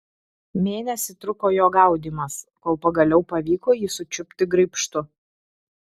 mėnesį truko jo gaudymas kol pagaliau pavyko jį sučiupti graibštu